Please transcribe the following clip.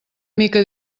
mica